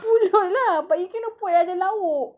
pulut lah but you cannot put other lauk